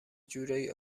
جورایی